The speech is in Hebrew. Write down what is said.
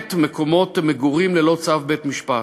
למעט מקומות מגורים, ללא צו בית-משפט,